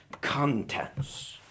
contents